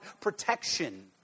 protection